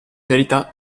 verità